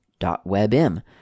webm